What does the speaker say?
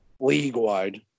league-wide